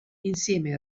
insieme